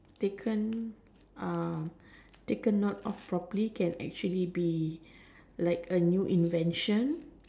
taken uh taken note of properly can actually be a new invention